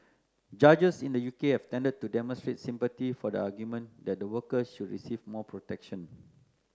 judges in the U K have tended to demonstrate sympathy for the argument that the worker should receive more protection